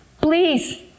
please